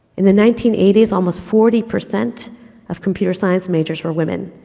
in the nineteen eighty s, almost forty percent of computer science majors were women,